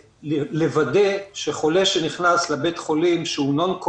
לוודא שחולה שנכנס לבית חולים שהוא נון,